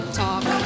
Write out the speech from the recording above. talk